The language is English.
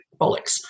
bollocks